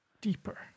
Deeper